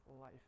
life